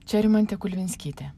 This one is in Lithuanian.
čia rimantė kulvinskytė